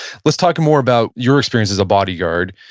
let's talk more about your experience as a bodyguard.